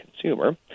consumer